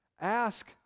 Ask